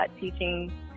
teaching